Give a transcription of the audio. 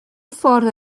ffordd